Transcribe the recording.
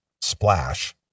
splash